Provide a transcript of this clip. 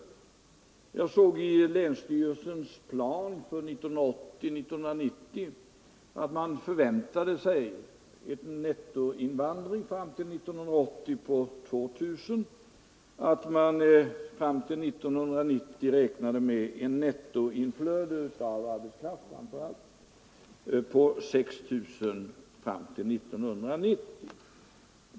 Jag såg i länsstyrelsens plan för 1980-1990 att man förväntade sig en nettoinvandring fram till 1980 på 2 000 personer och att man fram till 1990 räknade med ett nettoinflöde, framför allt av arbetskraft, på 6 000 personer.